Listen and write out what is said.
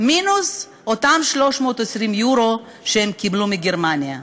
מינוס אותם 320 יורו שהם קיבלו מגרמניה.